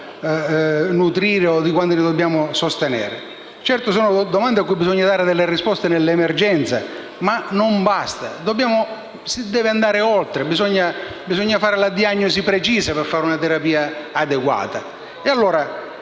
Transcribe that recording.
Certo, sono domande a cui bisogna dare risposte nell'emergenza, ma non basta. Si deve andare oltre, bisogna fare la diagnosi precisa per fare una terapia adeguata.